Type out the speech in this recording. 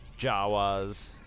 Jawas